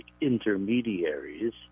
intermediaries